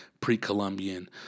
pre-Columbian